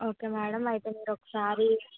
okay madam అయితే మీరు ఒకసారి